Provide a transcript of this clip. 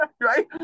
Right